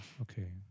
okay